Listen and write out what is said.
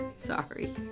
Sorry